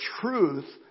truth